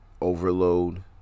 overload